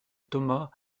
thomas